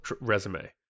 resume